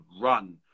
run